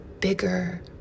bigger